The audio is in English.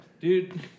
Dude